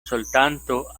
soltanto